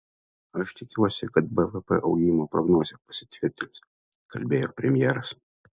aš tikiuosi kad bvp augimo prognozė pasitvirtins kalbėjo premjeras